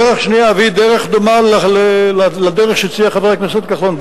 והיא דרך דומה לדרך שהציע חבר הכנסת כחלון.